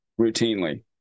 routinely